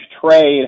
trade